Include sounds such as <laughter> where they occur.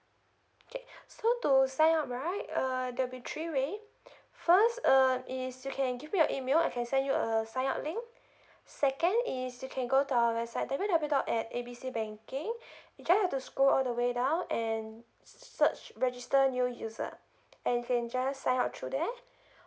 okay <breath> so to sign up right uh there'll be three ways first uh is you can give me your email I can send you a sign up link second is you can go to our website W W W dot at A B C banking <breath> you just have to scroll all the way down and search register new user and can just sign up through there